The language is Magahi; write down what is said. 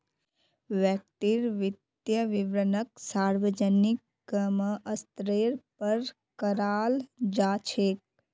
व्यक्तिर वित्तीय विवरणक सार्वजनिक क म स्तरेर पर कराल जा छेक